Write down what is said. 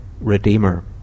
Redeemer